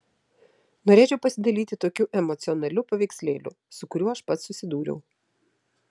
norėčiau pasidalyti tokiu emocionaliu paveikslėliu su kuriuo aš pats susidūriau